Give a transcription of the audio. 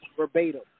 verbatim